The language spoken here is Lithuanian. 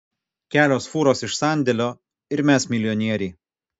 kelios fūros iš sandėlio ir mes milijonieriai